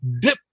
dip